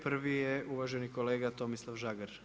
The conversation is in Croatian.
Prvi je uvaženi kolega Tomislav Žagar.